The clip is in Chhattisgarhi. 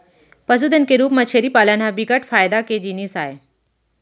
पसुधन के रूप म छेरी पालन ह बिकट फायदा के जिनिस आय